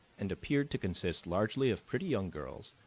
and appeared to consist largely of pretty young girls,